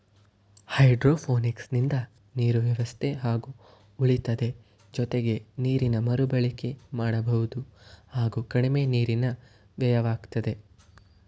ಹೈಡ್ರೋಪೋನಿಕ್ಸಿಂದ ನೀರು ವ್ಯವಸ್ಥೆ ಹಾಗೆ ಉಳಿತದೆ ಜೊತೆಗೆ ನೀರನ್ನು ಮರುಬಳಕೆ ಮಾಡಬಹುದು ಹಾಗೂ ಕಡಿಮೆ ನೀರಿನ ವ್ಯಯವಾಗ್ತದೆ